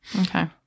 Okay